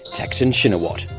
thaksin shinawat.